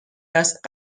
است